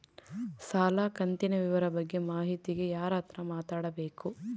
ಸಾಲ ಕಂತಿನ ವಿವರ ಬಗ್ಗೆ ಮಾಹಿತಿಗೆ ಯಾರ ಹತ್ರ ಮಾತಾಡಬೇಕು?